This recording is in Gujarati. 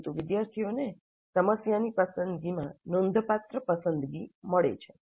પરંતુ વિદ્યાર્થીઓને સમસ્યાની પસંદગીમાં નોંધપાત્ર પસંદગી મળે છે